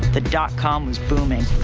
the dot-com was booming.